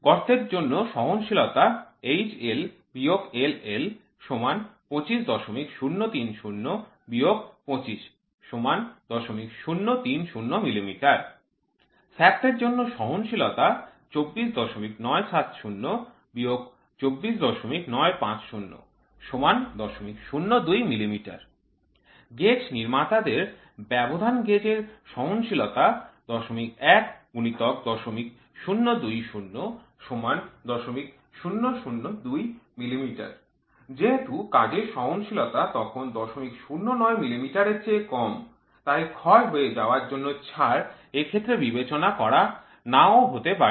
গর্তের জন্য সহনশীলতা HL - LL ২৫০৩০ - ২৫ ০০৩০ মিমি শ্য়াফ্ট এর জন্য সহনশীলতা ২৪৯৭০ - ২৪৯৫০ ০০২০ মিমি গেজ নির্মাতাদের ব্যবধান গেজ এর সহনশীলতা ০১ × ০০২০ ০০০২ মিমি যেহেতু কাজের সহনশীলতা তখন ০০৯ মিমি এর চেয়ে কম তাই ক্ষয় হয়ে যাওয়ার জন্য ছাড় এক্ষেত্রে বিবেচনা করা না ও হতে পারে